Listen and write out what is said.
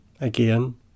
again